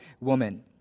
woman